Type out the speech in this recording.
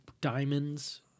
diamonds